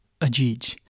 Ajij